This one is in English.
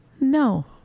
No